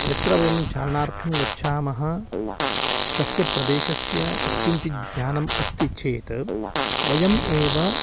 यत्र वयं चारणार्थं गच्छामः तस्य प्रदेशस्य यत्किञ्चित् ज्ञानम् अस्ति चेत् वयम् एव